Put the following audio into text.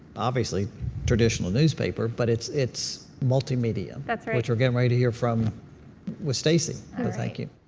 obviously traditional newspaper, but it's it's multimedia. that's right. which we're getting ready to hear from with stacy. so thank you.